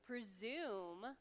presume